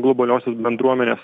globaliosios bendruomenės